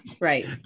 Right